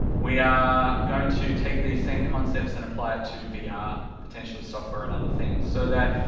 we are going to take these same concepts and apply it to vr, ah potentially software and other things, so that,